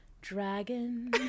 Dragon